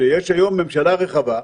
שיש היום ממשלה רחבה,